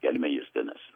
kelmė justinas